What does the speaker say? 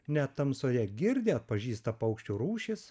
net tamsoje girdi atpažįsta paukščių rūšis